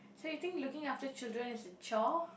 so you think looking after children is a chore